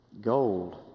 Gold